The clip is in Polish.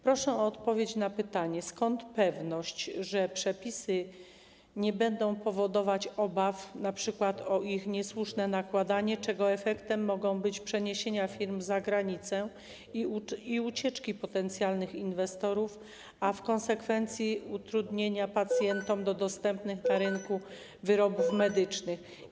Proszę o odpowiedź na pytanie, skąd pewność, że przepisy nie będą powodować obaw np. o ich niesłuszne nakładanie, czego efektem mogą być przeniesienia firm za granicę i ucieczki potencjalnych inwestorów, a w konsekwencji utrudnienia dla pacjentów do dostępnych na rynku wyrobów medycznych.